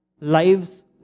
lives